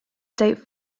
state